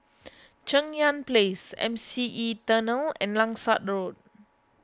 Cheng Yan Place M C E Tunnel and Langsat Road